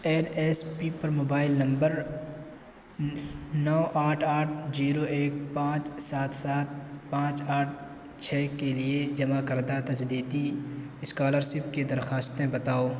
N S P پر mobile number نو آٹھ آٹھ زیرو ایک پانچ سات سات پانچ آٹھ چھ کے لیے جمع کردہ تجدیدی اسکالرسپ کی درخواستیں بتاؤ